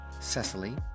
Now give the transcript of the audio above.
cecily